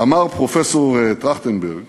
אמר פרופסור טרכטנברג